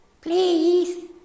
please